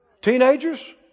Teenagers